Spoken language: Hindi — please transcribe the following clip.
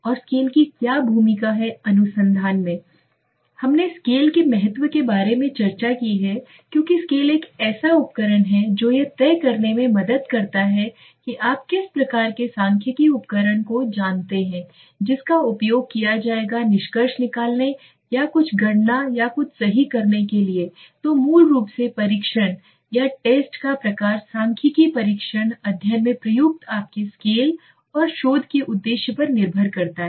और स्केल की क्या भूमिका है अनुसंधान में हमने स्केल के महत्व के बारे में चर्चा की है क्योंकि स्केल एक ऐसा उपकरण है जो यह तय करने में मदद करती है कि आप किस प्रकार के सांख्यिकीय उपकरण को जानते हैं जिसका उपयोग किया जायेगा निष्कर्ष निकालने या कुछ गणना या कुछ सही करने के लिए तो मूल रूप से परीक्षण का प्रकार सांख्यिकीय परीक्षण अध्ययन में प्रयुक्त आपके स्केल और शोध के उद्देश्य पर निर्भर करता है